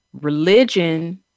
religion